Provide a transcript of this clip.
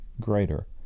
greater